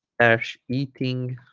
ash eating